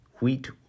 wheat